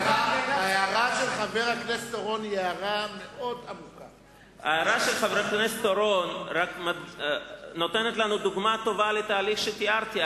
ההערה של חבר הכנסת אורון נותנת לנו דוגמה טובה לתהליך שתיארתי.